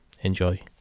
Enjoy